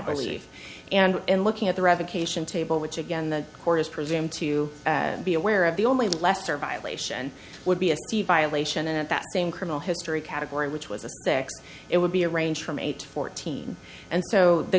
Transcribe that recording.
believe and in looking at the revocation table which again the court is presumed to be aware of the only lesser violation would be a violation and at that same criminal history category which was a fix it would be a range from eight to fourteen and so the